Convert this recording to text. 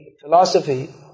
philosophy